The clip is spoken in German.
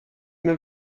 mehr